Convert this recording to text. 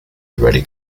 haredi